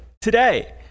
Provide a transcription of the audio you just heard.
today